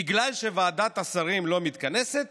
בגלל שוועדת השרים לא מתכנסת